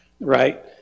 right